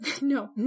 No